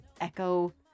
echo